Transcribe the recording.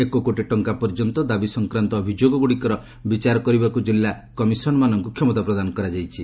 ଏକ କୋଟି ଟଙ୍କା ପର୍ଯ୍ୟନ୍ତ ଦାବି ସଂକ୍ରାନ୍ତ ଅଭିଯୋଗଗୁଡ଼ିକର ବିଚାର କରିବାକୁ ଜିଲ୍ଲା କମିଶନ୍ମାନଙ୍କୁ କ୍ଷମତା ପ୍ରଦାନ କରାଯାଇଛି